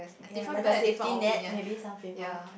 ya like a safety net maybe some people